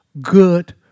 good